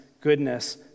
goodness